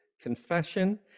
confession